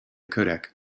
codec